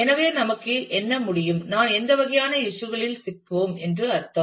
எனவே நமக்கு என்ன முடியும் நான் எந்த வகையான இஸ்யூ களில் சிக்குவோம் என்று அர்த்தம்